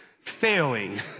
Failing